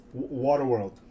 Waterworld